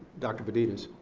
dr. benitez.